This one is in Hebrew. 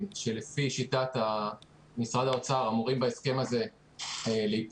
שלפי שיטת משרד האוצר אמורים בהסכם הזה להיפגע.